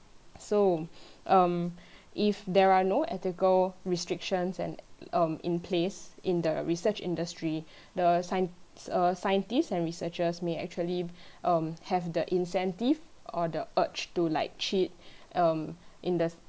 so um if there are no ethical restrictions and um in place in the research industry the scien~ uh scientist and researchers may actually um have the incentive or the urge to like cheat um in the